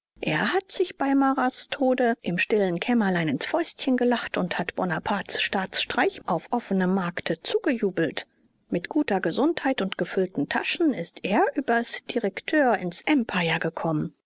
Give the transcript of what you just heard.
er hat sich bei marats tode im stillen kämmerlein ins fäustchen gelacht und hat bonapartes staatsstreich auf offenem markte zugejubelt mit guter gesundheit und gefüllten taschen ist er übers directoire ins empire gekommen